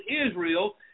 Israel